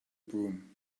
broom